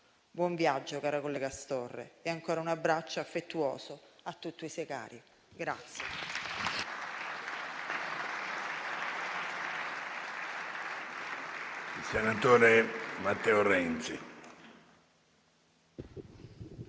Buon viaggio, caro collega Astorre, e ancora un abbraccio affettuoso a tutti i suoi cari.